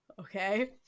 okay